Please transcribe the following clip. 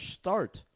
start